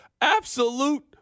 Absolute